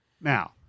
Now